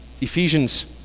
Ephesians